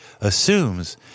assumes